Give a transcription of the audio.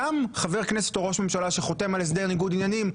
גם חבר כנסת או ראש ממשלה שחותם על הסדר ניגוד עניינים,